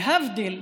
להבדיל,